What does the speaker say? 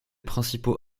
principaux